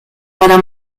para